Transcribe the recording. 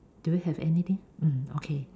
do you have anything mm okay